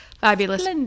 fabulous